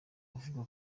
avuga